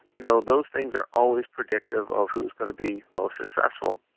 you know those things are always predictive of who is going to be most successful.